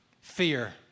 fear